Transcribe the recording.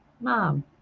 mom